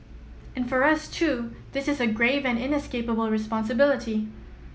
and for us too this is a grave and inescapable responsibility